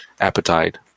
appetite